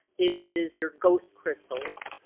it is your ghost crystals.